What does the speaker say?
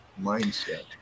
mindset